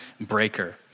breaker